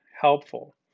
helpful